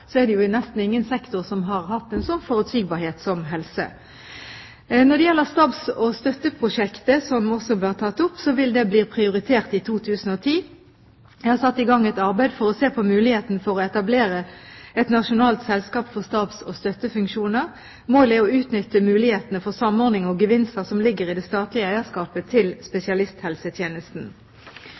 så stor forutsigbarhet som helse. Når det gjelder stabs- og støtteprosjektet, som også var tatt opp, vil det bli prioritert i 2010. Jeg har satt i gang et arbeid for å se på muligheten for å etablere et nasjonalt selskap for stabs- og støttefunksjoner. Målet er å utnytte mulighetene for samordning og gevinster som ligger i det statlige eierskapet til spesialisthelsetjenesten,